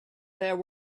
there